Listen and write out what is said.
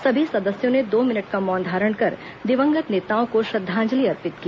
सभी सदस्यों ने दो मिनट का मौन धारण कर दिवंगत नेताओं को श्रद्वांजलि अर्पित की